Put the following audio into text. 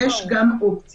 יש גם אופציה,